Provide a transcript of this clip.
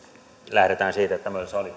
lähdetään siitä että mölsä oli